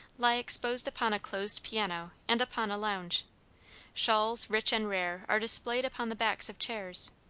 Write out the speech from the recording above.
lie exposed upon a closed piano, and upon a lounge shawls rich and rare are displayed upon the backs of chairs,